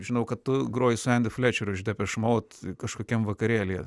žinau kad tu groji su endi frečeriu ir depech mode kažkokiam vakarėlyje